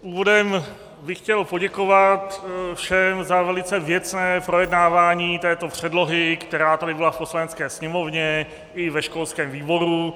Úvodem bych chtěl poděkovat všem za velice věcné projednávání této předlohy, která tady byla v Poslanecké sněmovně i ve školském výboru.